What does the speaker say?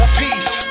peace